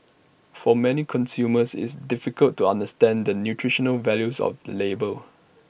for many consumers it's difficult to understand the nutritional values of the label